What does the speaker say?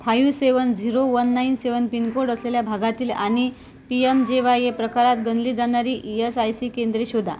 five seven zero one nine seven pincode असलेल्या भागातील आणि P M J Y A प्रकारात गणली जाणारी ई एस आय सी केंद्रे शोधा